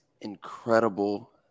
incredible